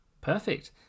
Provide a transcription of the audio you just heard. Perfect